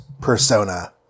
persona